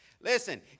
Listen